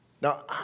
Now